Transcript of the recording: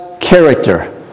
character